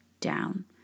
down